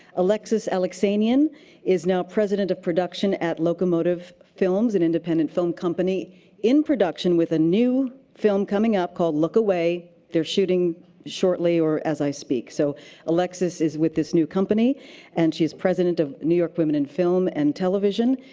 alexis alexanian is now president of production at locomotive films, an and independent film company in production with a new film coming out called look away. they're shooting shortly or as i speak. so alexis is with this new company and she's president of new york women in film and television.